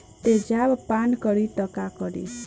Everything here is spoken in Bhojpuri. तेजाब पान करी त का करी?